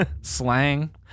slang